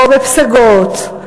או בפסגות,